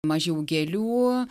mažiau gėlių